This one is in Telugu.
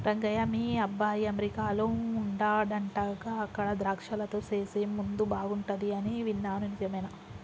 రంగయ్య మీ అబ్బాయి అమెరికాలో వుండాడంటగా అక్కడ ద్రాక్షలతో సేసే ముందు బాగుంటది అని విన్నాను నిజమేనా